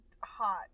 hot